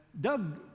Doug